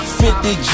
50